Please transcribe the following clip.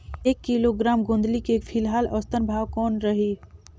एक किलोग्राम गोंदली के फिलहाल औसतन भाव कौन रही?